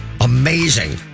amazing